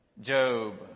Job